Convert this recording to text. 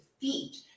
feet